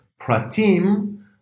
pratim